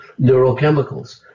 neurochemicals